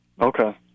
Okay